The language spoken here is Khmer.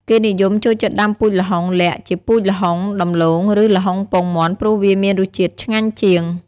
គេនិយមចូលចិត្តដាំពូជល្ហុងលក្ខ័ជាងពូជល្ហុងដំឡូង ឬ ល្ហុងពងមាន់ព្រោះវាមានរសឆ្ងាញ់ជាង។